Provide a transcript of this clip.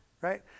right